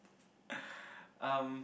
um